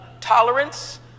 tolerance